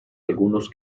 algunos